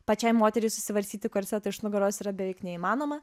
pačiai moteriai susivarstyti korsetą iš nugaros yra beveik neįmanoma